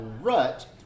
rut